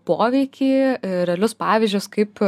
poveikį realius pavyzdžius kaip